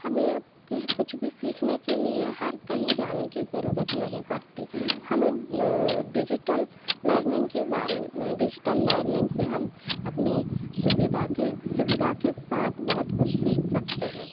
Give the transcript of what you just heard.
हमें अब कुछ भी सीखने के लिए हर कहीं जाने की ज़रूरत नहीं पड़ती हमें डिजिटल लर्निंग के बारे में डिजिटल लर्निंग से हम अपनी सुविधा के सुविधा के साथ बहुत कुछ सीख सकते हैं